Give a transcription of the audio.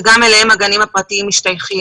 אליהם הגנים הפרטיים משתייכים.